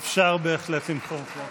(מחיאות כפיים) אפשר בהחלט למחוא כפיים.